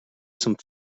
some